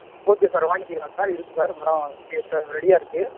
okay sir வாங்கிக்கலாம் sir இருக்குது sir மரம் இப்போ ரெடியாக இருக்குது